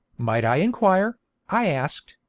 might i inquire i asked,